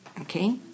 Okay